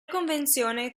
convenzione